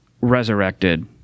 resurrected